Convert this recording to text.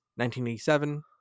1987